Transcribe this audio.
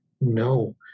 No